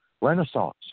Renaissance